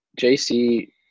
JC